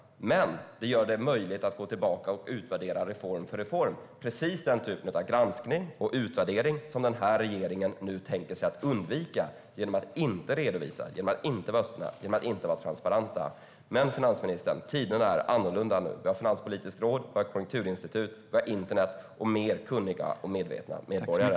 Då var det möjligt att gå tillbaka och utvärdera reform för reform - precis den typ av granskning och utvärdering som regeringen nu tänker undvika genom att inte redovisa, inte vara öppna och inte vara transparenta. Men tiderna är annorlunda nu, finansministern. Vi har Finanspolitiska rådet, Konjunkturinstitutet, internet och mer kunniga och medvetna medborgare.